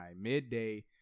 midday